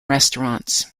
restaurants